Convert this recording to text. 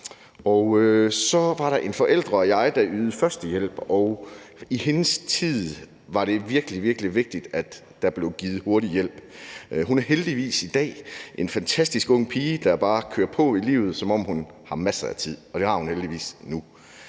og så var der en forælder og jeg, der ydede førstehjælp, og for hendes tid var det virkelig, virkelig vigtigt, at der blev givet hurtig hjælp. Hun er heldigvis i dag en fantastisk ung pige, der bare kører på i livet, som om hun har masser af tid – og det har hun heldigvis nu.